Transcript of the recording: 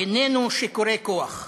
איננו שיכורי כוח.